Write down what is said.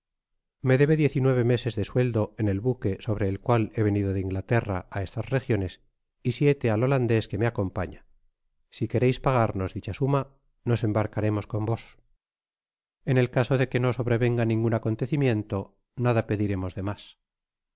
be diez y nueve meses de sueldóén él buque sobre elcuaf fie tenido de inglaterra á estas regiones y aífet á el holandés que me acompaña si quereis pagarnos dicha suma nos embarcaremos con tos en el casó qtfé nosobr venga ningun acontecimientff nada pediremos de mas